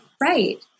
right